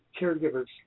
caregivers